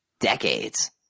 decades